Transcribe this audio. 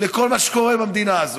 לכל מה שקורה במדינה הזאת,